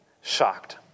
shocked